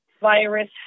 virus